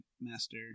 master